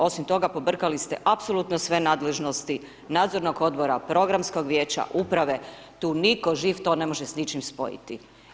Osim toga pobrkali ste apsolutno sve nadležnosti nadzornog odbora, programskog vijeća, uprave, tu nitko živ, to ne može s ničim spojiti.